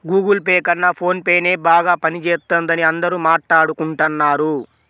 Google pay కన్నా phone పేనే బాగా పనిజేత్తందని అందరూ మాట్టాడుకుంటన్నారు